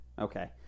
okay